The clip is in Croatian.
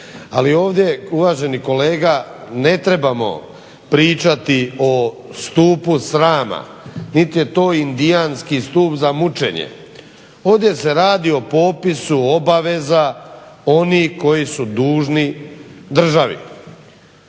Ali ovdje uvaženi kolega ne trebamo pričati o stupu srama niti je to indijanski stup za mučenje. Ovdje se radi o popisu obaveza onih koji su dužni državi.